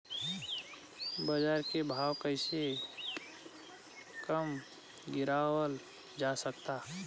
बाज़ार के भाव कैसे कम गीरावल जा सकता?